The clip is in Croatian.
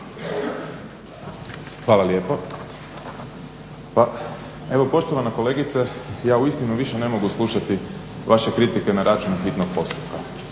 Hvala lijepo. Pa evo poštovana kolegice ja uistinu više ne mogu slušati vaše kritike na račun hitnog postupka.